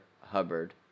Hubbard